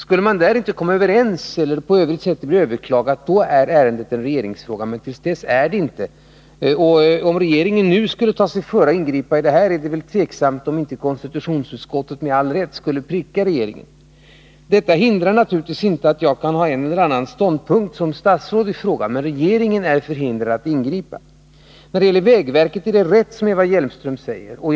Skulle de inte komma överens eller skulle beslutet överklagas, är ärendet en regeringsfråga, men till dess är det inte det. Om regeringen nu skulle ta sig före att ingripa är frågan, om inte konstitutionsutskottet— med all rätt — skulle pricka regeringen. Detta hindrar naturligtvis inte att jag som statsråd har en ståndpunkt i frågan, men regeringen är förhindrad att ingripa. Vad Eva Hjelmström säger om vägverket är riktigt.